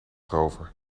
rover